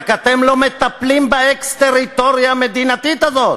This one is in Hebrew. רק שאתם לא מטפלים באקסטריטוריה המדינתית הזאת.